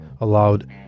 allowed